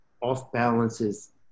off-balances